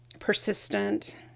Persistent